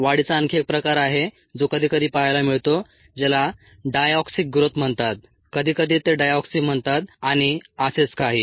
वाढीचा आणखी एक प्रकार आहे जो कधी कधी पाहायला मिळतो ज्याला डायऑक्सिक ग्रोथ म्हणतात कधी कधी ते डायऑक्सी म्हणतात आणि असेच काही